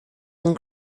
and